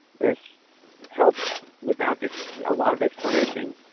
this helps without a lot of explanation